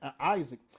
Isaac